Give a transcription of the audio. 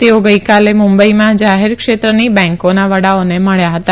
તેઓ ગઈકાલે મુંબઈમાં જાહેરક્ષેત્રની બેંકોના વડાઓને મળ્યા હતા